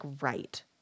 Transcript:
right